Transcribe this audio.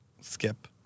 skip